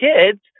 kids